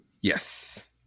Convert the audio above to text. Yes